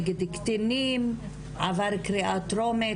נגד קטינים עבר קריאה טרומית,